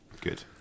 Good